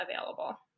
available